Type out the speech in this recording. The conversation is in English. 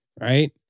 Right